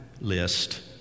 list